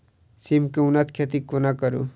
सिम केँ उन्नत खेती कोना करू?